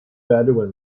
bedouin